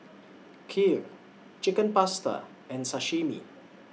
Kheer Chicken Pasta and Sashimi